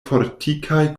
fortikaj